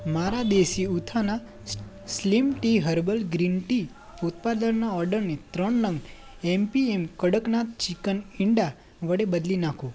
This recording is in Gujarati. મારાં દેસી ઉત્થાના slim tea herbal green tea ઉત્પાદનનાં ઓર્ડરને ત્રણ નંગ એમપીએમ કડકનાથ ચિકન ઇંડા વડે બદલી નાંખો